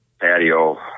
patio